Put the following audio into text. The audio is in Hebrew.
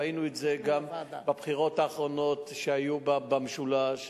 ראינו את זה גם בבחירות האחרונות שהיו במשולש,